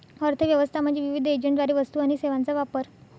अर्थ व्यवस्था म्हणजे विविध एजंटद्वारे वस्तू आणि सेवांचा वापर